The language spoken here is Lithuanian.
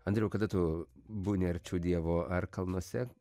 andriau kada tu būni arčiau dievo ar kalnuose